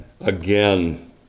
again